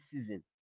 season